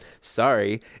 Sorry